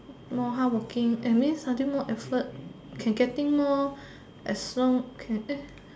more hardworking and means until more effort can getting more as long can